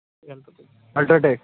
UltraTech